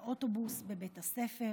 באוטובוס, בבית הספר,